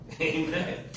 amen